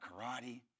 karate